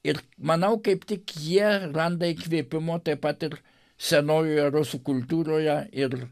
ir manau kaip tik jie randa įkvėpimo taip pat ir senojoje rusų kultūroje ir